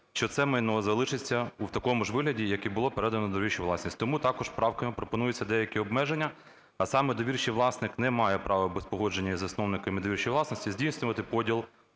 що це майно залишиться у такому вигляді, як і було передане у довірчу власність. Тому також правками пропонується деякі обмеження, а саме, довірчий власник не має права без погодження із засновками довірчої власності здійснювати поділ,